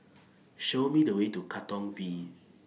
Show Me The Way to Katong V